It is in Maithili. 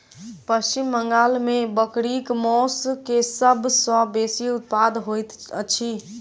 पश्चिम बंगाल में बकरीक मौस के सब सॅ बेसी उत्पादन होइत अछि